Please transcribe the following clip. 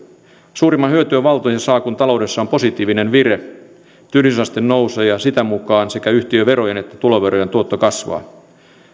suurimman hyödyn valtio saa kun taloudessa on positiivinen vire työllisyysaste nousee ja sitä mukaa sekä yhtiöverojen että tuloverojen tuotto kasvaa